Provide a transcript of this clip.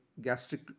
gastric